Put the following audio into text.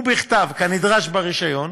ובכתב, כנדרש ברישיון,